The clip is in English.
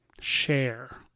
share